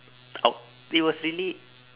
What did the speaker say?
out it was really